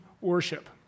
worship